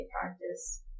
practice